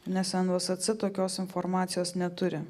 nes nvsc tokios informacijos neturi